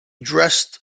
dressed